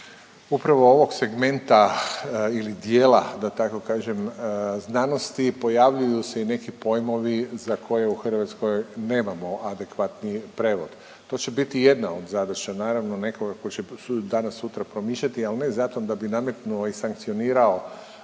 upravo ovog segmenta ili dijela, da tako kažem, znanosti, pojavljuju se i neki pojmovi za koje u Hrvatskoj nemamo adekvatni prevod. To će biti jedna od zadaća, naravno, nekoga tko će danas-sutra promišljati, ali ne zato da bi nametnuo i sankcioniraju